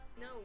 No